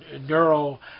neural